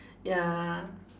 ya